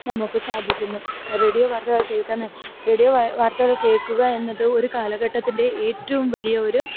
നമുക്ക് സാധിക്കുന്നു റേഡിയോ വാർത്തകൾ കേൾക്കുകയെന്ന് റേഡിയോ വാർത്തകൾ കേൾക്കുകയെന്നത് ഒരു കാലഘട്ടത്തിന്റെ ഏറ്റവും വലിയൊരു